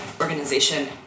organization